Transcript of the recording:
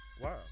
Wow